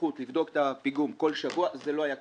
הבטיחות ומורות לו לבדוק את הפיגום כל שבוע זה לא היה קורה.